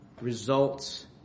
results